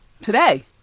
Today